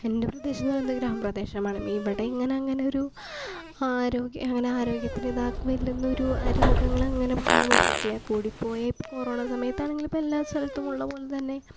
എൻ്റെ പ്രദേശം എന്ന് പറയുന്നത് ഗ്രാമപ്രദേശമാണ് ഇവിടെ ഇങ്ങനെ അങ്ങനെ ഒരു ആരോഗ്യം അങ്ങനെ ആരോഗ്യത്തിനെ ഇതാക്കുന്ന വെല്ലുന്ന ഒരു രോഗങ്ങൾ അങ്ങനെ പടർന്ന് പിടിച്ചിട്ടില്ല കൂടിപ്പോയാൽ ഇപ്പം കൊറോണ സമയത്താണെങ്കിൽ ഇപ്പം എല്ലാ സ്ഥലത്തും ഉള്ളത് പോലെ തന്നെ